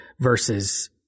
versus